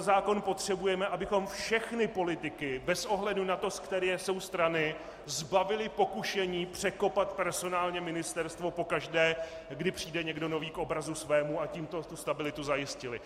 Zákon potřebujeme, abychom všechny politiky bez ohledu na to, z které jsou strany, zbavili pokušení překopat personálně ministerstvo pokaždé, kdy přijde někdo nový, k obrazu svému, a tímto tu stabilitu zajistili.